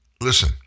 Listen